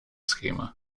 schema